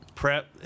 Prep